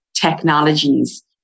technologies